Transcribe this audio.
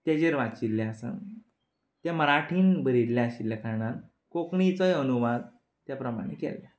तेचेर वाचिल्लें आसा तें मराठींत बरयिल्लें आशिल्ले कारणान कोंकणीचोय अनुवाद त्या प्रमाणे केला